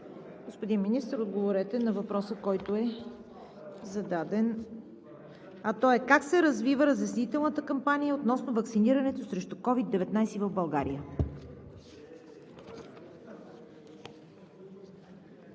Господин Министър, отговорете на въпроса, който е зададен, а той е: как се развива разяснителната кампания относно ваксинирането срещу COVID-19 в България?